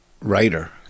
writer